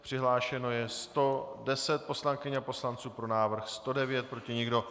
Přihlášeno je 110 poslankyň a poslanců, pro návrh 109, proti nikdo.